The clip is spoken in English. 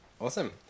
Awesome